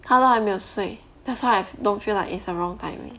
他都还没有睡 that's why I don't feel like it's the wrong timing